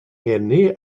ngeni